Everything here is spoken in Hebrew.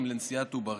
בהסכם לנשיאת עוברים,